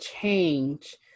change